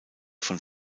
von